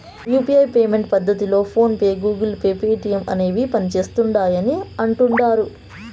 UPI payment పద్దతిలో PhonePe, Google Pay, Paytm అనేవి పనిసేస్తిండాయని అంటుడారు